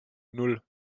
nan